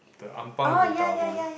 the Ampang Yong-Tau-Foo